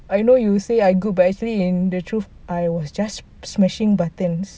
I know you say I'm good but actually in the truth I was just smashing buttons